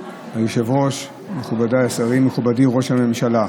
היושב-ראש, מכובדיי השרים, מכובדי ראש הממשלה,